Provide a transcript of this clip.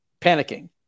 panicking